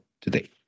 today